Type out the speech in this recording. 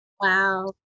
Wow